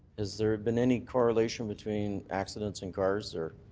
has there been any correlation between accidents and cars or